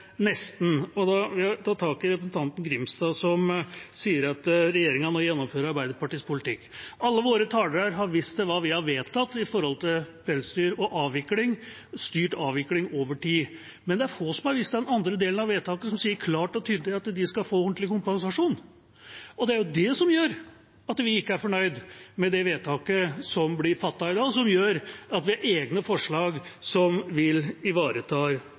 nesten. Da vil jeg ta tak i representanten Grimstad, som sa at regjeringa nå gjennomfører Arbeiderpartiets politikk. Alle våre talere har vist til hva vi har vedtatt når det gjelder pelsdyr og styrt avvikling over tid. Men det er få som har vist til den andre delen av vedtaket, som klart og tydelig sier at de skal få ordentlig kompensasjon. Det er det som gjør at vi ikke er fornøyd med det vedtaket som vil bli fattet i dag, og som gjør at vi har egne forslag som